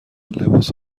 لباس